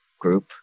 group